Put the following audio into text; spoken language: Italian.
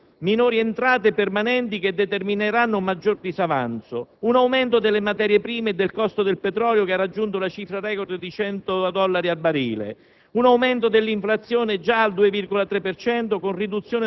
Senatrici e senatori del centro-sinistra, nel 2008 avremo minori entrate permanenti che determineranno un maggior disavanzo, un aumento delle materie prime e del costo del petrolio che ha raggiunto la cifra *record* di 100 dollari al barile,